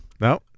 No